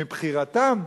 מבחירתם,